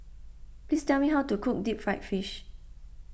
please tell me how to cook Deep Fried Fish